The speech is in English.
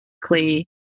clay